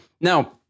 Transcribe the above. Now